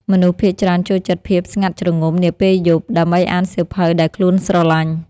មនុស្សភាគច្រើនចូលចិត្តភាពស្ងាត់ជ្រងំនៃពេលយប់ ដើម្បីអានសៀវភៅដែលខ្លួនស្រឡាញ់។